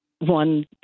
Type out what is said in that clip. one